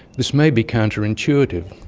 this may be counterintuitive.